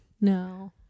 No